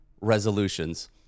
resolutions